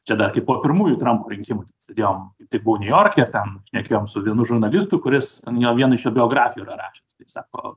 čia dar kai po pirmųjų trampo rinkimų sėdėjom tai buvo niujorke ir ten šnekėjom su vienu žurnalistu kuris ten jau vieną iš jo biografijų yra rašęs tai sako